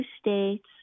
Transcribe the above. states